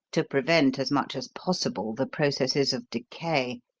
to prevent as much as possible the processes of decay,